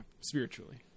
spiritually